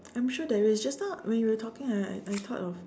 I'm sure there is just now when you were talking I I I I thought of